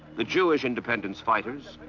the jewish independence fighters,